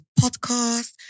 Podcast